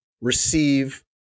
receive